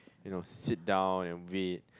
you know sit down and wait